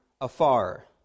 afar